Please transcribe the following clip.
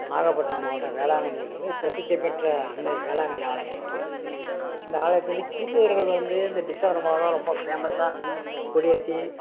நாகபட்டிணம் மாவட்டம் வேளாங்கண்ணியில் வந்து பிரசித்தி பெற்ற அன்னை வேளாங்கண்ணி ஆலயம் இருக்குது இந்த ஆலயத்தில் வந்து கிறித்துவர்கள் வந்து இந்த டிசம்பர் மாதம் ரொம்ப ஃபேமஸக கொடி ஏற்றி